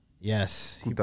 Yes